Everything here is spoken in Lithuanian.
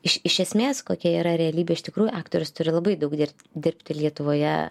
iš iš esmės kokia yra realybė iš tikrųjų aktorius turi labai daug dirb dirbti lietuvoje